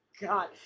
god